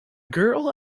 girl